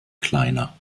kleiner